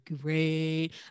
great